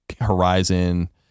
horizon